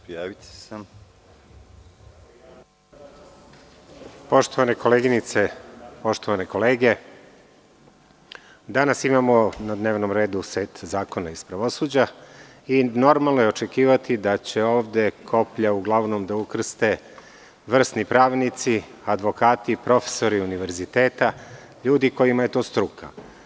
Poštovane koleginice i poštovane kolege, danas na dnevnom redu imamo set zakona iz pravosuđa i normalno je očekivati da će ovde koplja uglavnom da ukrste vrsni pravnici, advokati, profesori univerziteta i ljudi kojima je to struka.